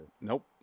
Nope